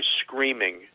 screaming